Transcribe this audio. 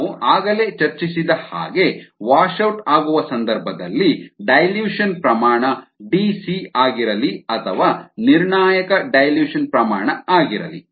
ನಾವು ಆಗಲೇ ಚರ್ಚಿಸಿದಹಾಗೆ ವಾಶೌಟ್ ಆಗುವ ಸಂದರ್ಭದಲ್ಲಿ ಡೈಲ್ಯೂಷನ್ ಸಾರಗುಂದಿಸುವಿಕೆ ಪ್ರಮಾಣ Dc ಆಗಿರಲಿ ಅಥವಾ ನಿರ್ಣಾಯಕ ಡೈಲ್ಯೂಷನ್ ಸಾರಗುಂದಿಸುವಿಕೆ ಪ್ರಮಾಣ ಆಗಿರಲಿ